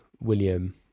William